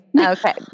Okay